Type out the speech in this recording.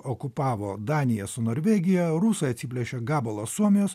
okupavo daniją su norvegija rusai atsiplėšė gabalą suomijos